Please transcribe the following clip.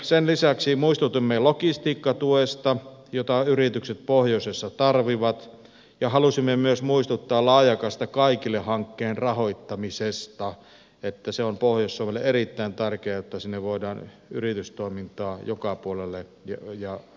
sen lisäksi muistutimme logistiikkatuesta jota yritykset pohjoisessa tarvitsevat ja halusimme myös muistuttaa laajakaista kaikille hankkeen rahoittamisesta että se on pohjois suomelle erittäin tärkeä jotta sinne voidaan yritystoimintaa joka puolelle rakentaa